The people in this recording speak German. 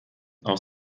aus